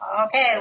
Okay